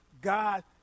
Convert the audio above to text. God